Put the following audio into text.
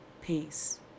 peace